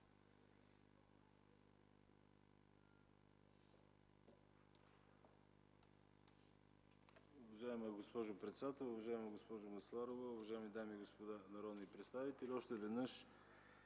Уважаема госпожо председател, уважаема госпожо Масларова, уважаеми дами и господа народни представители! Още веднъж